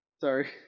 sorry